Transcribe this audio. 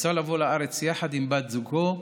ורצה לבוא לארץ יחד עם בת זוגו,